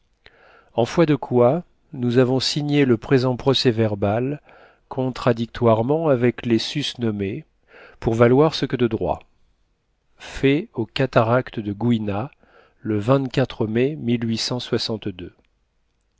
en foi de quoi nous avons signé le présent procès-verbal contradictoirement avec les sus nommés pour valoir ce que de droit fait aux cataractes de gouina le mai